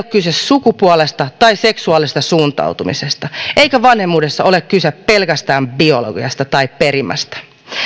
kyse sukupuolesta tai seksuaalisesta suuntautumisesta eikä vanhemmuudessa ole kyse pelkästään biologiasta tai perimästä